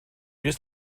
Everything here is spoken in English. just